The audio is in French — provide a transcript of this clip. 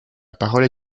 parole